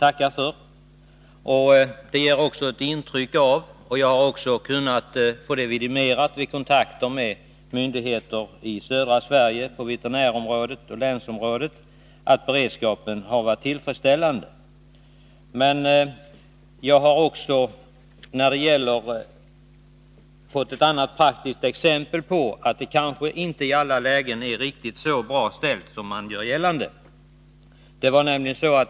Svaret ger intryck av att beredskapen har varit tillfredsställande, och jag har också kunnat få det vidimerat vid kontakter med veterinärmyndigheter på länsnivå i södra Sverige. Men jag har också fått ett praktiskt exempel på att det kanske inte i alla lägen är riktigt så bra ställt som man gör gällande.